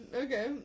Okay